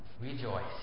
Rejoice